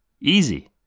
Easy